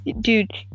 Dude